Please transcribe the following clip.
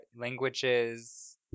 languages